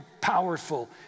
powerful